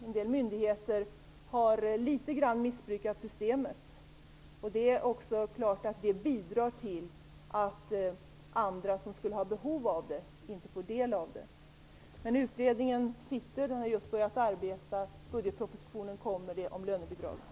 En del myndigheter har missbrukat systemet litet grand, och det bidrar självfallet också till att andra som skulle ha behov av detta inte får del av det. Utredningen är tillsatt, den har just börjat arbeta, och lönebidragen kommer att finnas med i budgetpropositionen.